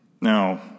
Now